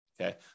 Okay